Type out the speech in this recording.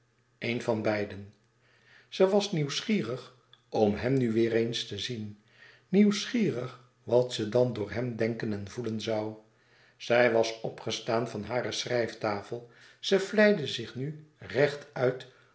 een van beiden ze was nieuwsgierig om hem nu weêr eens te zien nieuwsgierig wat ze dan door hem denken en voelen zoû zij was opgestaan van hare schrijftafel ze vlijde zich nu rechtuit